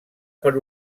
per